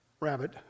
rabbit